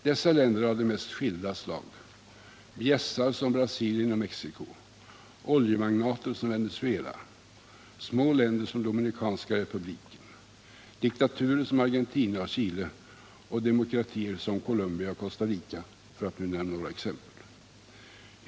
Dessa länder är av de mest skilda slag: bjässar som Brasilien och Mexico, oljemagnater som Venezuela, små länder som Dominikanska republiken, diktaturer som Argentina och Chile och demokratier som Colombia och Costa Rica, för att nu nämna några exempel.